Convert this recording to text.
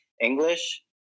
English